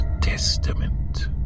Testament